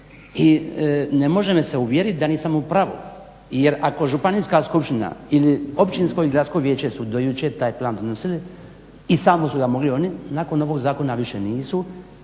I ne može me se uvjeriti da nisam u pravu. Jer ako županijska skupština ili općinsko i gradsko vijeće su do jučer taj plan donosili i samo su ga mogli oni nakon ovog zakona više nisu.